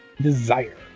desire